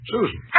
Susan